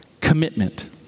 Commitment